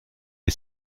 les